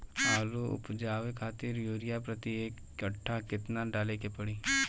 आलू उपजावे खातिर यूरिया प्रति एक कट्ठा केतना डाले के पड़ी?